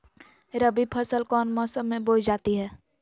रबी फसल कौन मौसम में बोई जाती है?